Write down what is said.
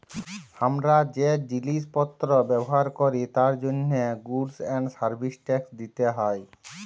হামরা যে জিলিস পত্র ব্যবহার ক্যরি তার জন্হে গুডস এন্ড সার্ভিস ট্যাক্স দিতে হ্যয়